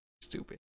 stupid